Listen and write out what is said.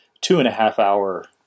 two-and-a-half-hour